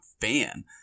fan